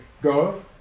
Go